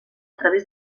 través